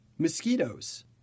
Mosquitoes